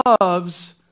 loves